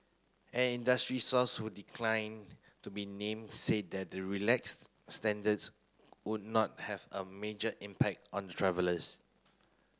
an industry source who declined to be named said that the relaxed standards would not have a major impact on the travellers